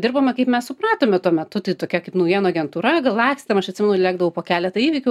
dirbome kaip mes supratome tuo metu tai tokia kaip naujienų agentūra gal lakstėm aš atsimenu lėkdavau po keletą įvykių